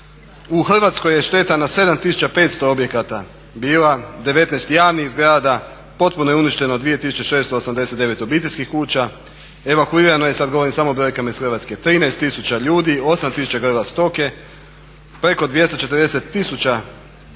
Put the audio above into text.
U Hrvatskoj je šteta na 7500 objekata bila, 19 javnih zgrada, potpuno je uništeno 2689 obiteljskih kuća, evakuirano je, sada govorim samo o brojkama iz Hrvatske, 13000 ljudi, 8000 tisuća grla stoke, preko 240